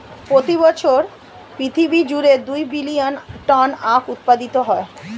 প্রতি বছর পৃথিবী জুড়ে দুই বিলিয়ন টন আখ উৎপাদিত হয়